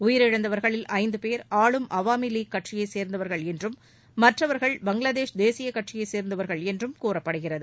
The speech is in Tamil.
உயிரிழந்தவர்களில் ஐந்து பேர் ஆளும் அவாமி லீக் கட்சியைச் சேர்ந்தவர்கள் என்றும் மற்றவர்கள் பங்களாதேஷ் தேசியக் கட்சியைச் சேர்ந்தவர்கள் என்றும் கூறப்படுகிறது